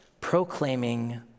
Proclaiming